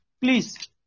please